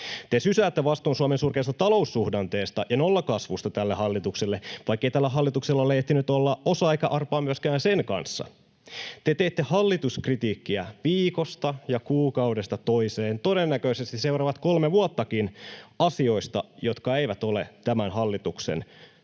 Te sysäätte vastuun Suomen surkeasta taloussuhdanteesta ja nollakasvusta tälle hallitukselle, vaikkei tällä hallituksella ole ehtinyt olla osaa eikä arpaa myöskään sen kanssa. Te teette hallituskritiikkiä viikosta ja kuukaudesta toiseen — todennäköisesti seuraavat kolme vuottakin — asioista, jotka eivät ole tämän hallituksen syytä,